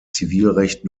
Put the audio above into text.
zivilrecht